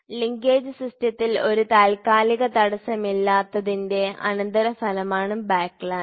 linkage സിസ്റ്റത്തിൽ ഒരു താൽക്കാലിക തടസ്സമില്ലാത്തതിന്റെ അനന്തരഫലമാണ് ബാക്ക്ലാഷ്